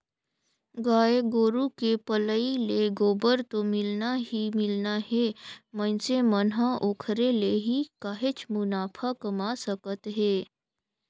गाय गोरु के पलई ले गोबर तो मिलना ही मिलना हे मइनसे मन ह ओखरे ले ही काहेच मुनाफा कमा सकत हे